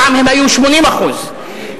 פעם הן היו 80%; למשל,